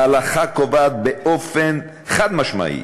ההלכה קובעת באופן חד-משמעי